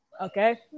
Okay